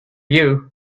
you